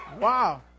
Wow